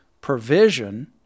provision